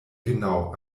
genau